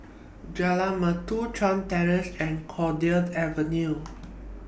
Jalan Merdu Chuan Terrace and Cowdray Avenue